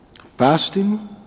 Fasting